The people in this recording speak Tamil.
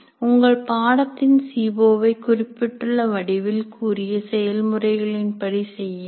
உங்கள் பாடத்தின் சி ஓ வை குறிப்பிட்டுள்ள வடிவில் கூறிய செயல்முறைகளின் படி செய்யுங்கள்